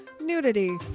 nudity